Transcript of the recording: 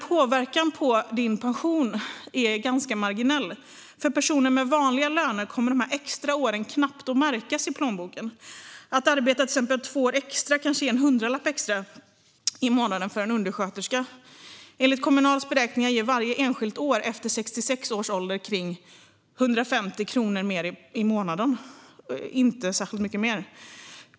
Påverkan på pensionen är dock ganska marginell. För personer med vanliga löner kommer dessa extra år knappt att märkas i plånboken. Att arbeta till exempel två år extra kanske ger en hundralapp extra i månaden för en undersköterska. Enligt Kommunals beräkningar ger varje enskilt år efter 66 års ålder omkring 150 kronor mer i månaden, inte särskilt mycket mer.